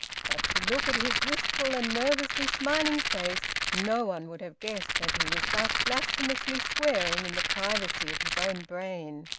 but to look at his wistful and nervously smiling face, no one would have guessed that he was thus blasphemously swearing in the privacy of his own brain.